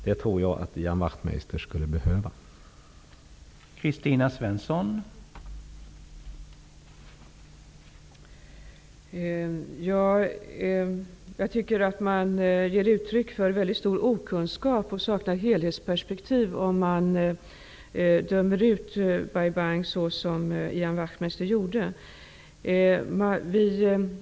Jag tror att Ian Wachtmeister skulle behöva det.